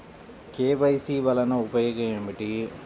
KYC వలన ఉపయోగం ఏమిటీ?